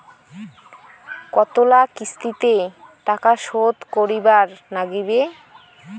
কতোলা কিস্তিতে টাকা শোধ করিবার নাগীবে?